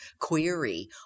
query